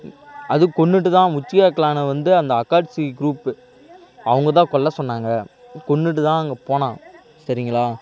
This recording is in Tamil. அது கொன்னுட்டு தான் உச்சிக்கா க்ளானை வந்து அந்த அக்காட்சிக்கு குரூப்பு அவங்க தான் கொல்ல சொன்னாங்க கொன்னுட்டு தான் அங்கே போனான் சரிங்களா